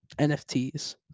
NFTs